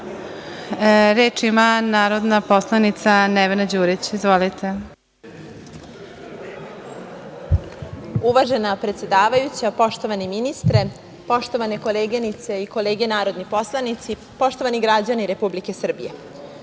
ima narodna poslanica Nevena Đurić. Izvolite. **Nevena Đurić** Uvažena predsedavajuća, poštovani ministre, poštovane koleginice i kolege narodni poslanici, poštovani građani Republike Srbije,